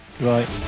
Right